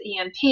EMP